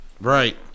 Right